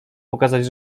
pokazać